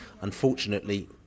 Unfortunately